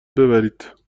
ببرید